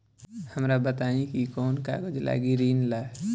हमरा बताई कि कौन कागज लागी ऋण ला?